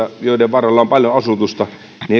joiden varrella on paljon asutusta